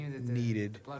needed